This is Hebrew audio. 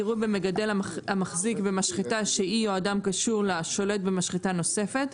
יראו במגדל המחזיק במשחטה שהיא או אדם קשור לה שולט במשחטה נוספת,